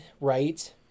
right